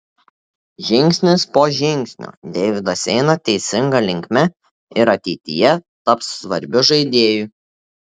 žingsnis po žingsnio deividas eina teisinga linkme ir ateityje taps svarbiu žaidėju